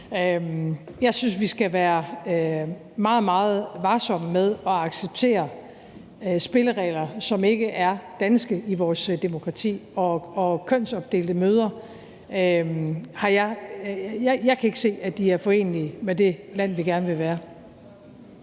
Jeg synes, vi skal være meget, meget varsomme med at acceptere spilleregler, som ikke er danske, i vores demokrati, og kønsopdelte møder kan jeg ikke se er forenelige med det land, vi gerne vil være.